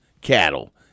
cattle